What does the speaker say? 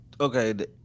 Okay